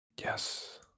Yes